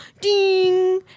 ding